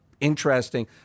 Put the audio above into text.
interesting